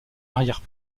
arrière